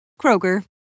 Kroger